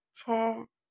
छ